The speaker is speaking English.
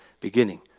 beginning